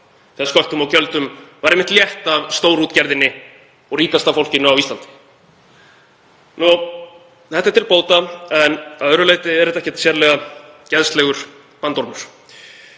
þegar sköttum og gjöldum var einmitt létt af stórútgerðinni og ríkasta fólkinu á Íslandi. Þetta er til bóta en að öðru leyti er þetta ekkert sérlega geðslegur bandormur.